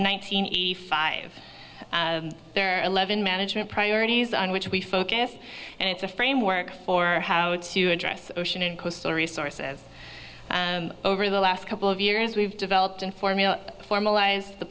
hundred eighty five there are eleven management priorities on which we focus and it's a framework for how to address ocean and coastal resources and over the last couple of years we've developed in formula formalize the